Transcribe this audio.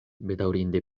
bedaŭrinde